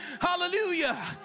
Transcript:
hallelujah